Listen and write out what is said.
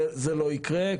זה לא יקרה,